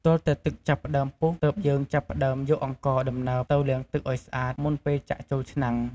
ទាល់តែទឹកចាប់ផ្ដើមពុះ ទើបយើងចាប់ផ្ដើមយកអង្ករដំណើបទៅលាងទឹកឱ្យស្អាត មុនពេលចាក់ចូលឆ្នាំង។